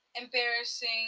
embarrassing